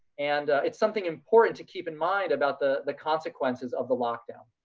and it's something important to keep in mind about the the consequences of the lockdown.